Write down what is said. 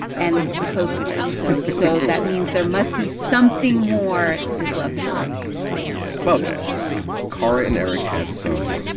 and this is a code switch episode, so that means there must be something more to this love story yeah, about that kara and eric have some,